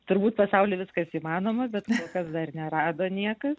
turbūt pasauly viskas įmanoma bet kol kas dar nerado niekas